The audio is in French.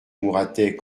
mouratet